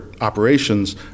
operations